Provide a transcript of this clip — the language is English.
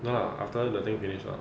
no lah after the thing finish lah